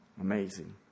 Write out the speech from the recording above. amazing